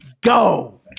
go